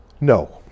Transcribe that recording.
no